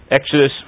Exodus